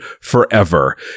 forever